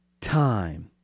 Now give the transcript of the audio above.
time